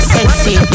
Sexy